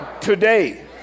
today